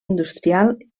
industrial